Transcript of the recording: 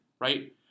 right